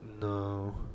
No